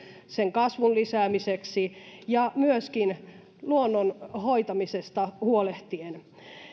sen kasvun lisäämiseksi myöskin luonnon hoitamisesta huolehtien